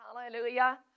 Hallelujah